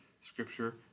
Scripture